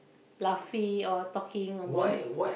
laughing or talking about